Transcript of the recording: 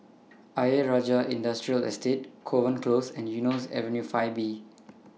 Ayer Rajah Industrial Estate Kovan Close and Eunos Avenue five B